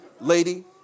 lady